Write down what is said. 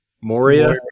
Moria